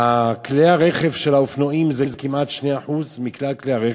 כלי-הרכב שהם אופנועים הם כמעט 2% מכלל כלי-הרכב,